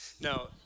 No